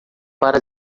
para